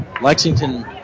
Lexington